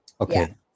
Okay